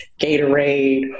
Gatorade